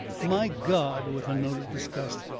my god! with a note of disgust.